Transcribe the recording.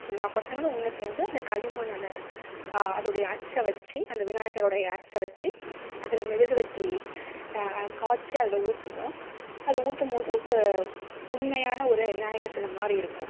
எல்லா பசங்களும் ஒன்று சேர்ந்து அந்த களிமண்ணில் அதுடைய அச்சை வச்சு அந்த விநாயகருடைய அச்சை வச்சு அதில் மெலுகுவர்த்தி காய்ச்சி அதில் ஊற்றுவோம் அதை ஊற்றுமோது உண்மையான ஒரு விநாயகர் சிலை மாதிரி இருக்கும்